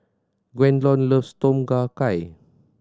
Gwendolyn loves Tom Kha Gai